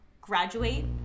Graduate